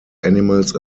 animals